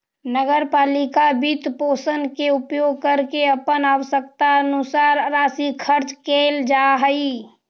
नगर पालिका वित्तपोषण के उपयोग करके अपन आवश्यकतानुसार राशि खर्च कैल जा हई